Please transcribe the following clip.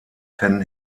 ten